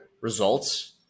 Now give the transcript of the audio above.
results